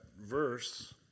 verse